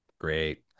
Great